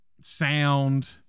sound